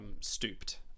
stooped